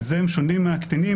בזה הם שונים מהקטינים.